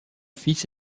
fils